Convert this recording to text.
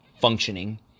functioning